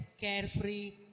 carefree